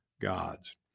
gods